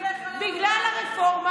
שבאתם בגלל הרפורמה,